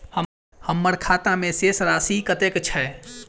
हम्मर खाता मे शेष राशि कतेक छैय?